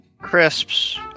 crisps